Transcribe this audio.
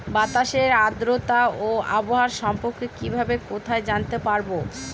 বাতাসের আর্দ্রতা ও আবহাওয়া সম্পর্কে কিভাবে কোথায় জানতে পারবো?